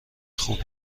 خوب